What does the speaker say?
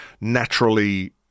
naturally